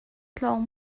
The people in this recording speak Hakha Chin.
tlawng